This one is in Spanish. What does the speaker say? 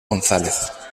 gonzález